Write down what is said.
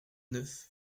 neuf